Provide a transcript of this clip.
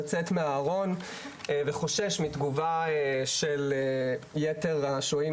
לצאת מהארון וחושש מתגובה של יתר השוהים